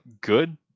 Good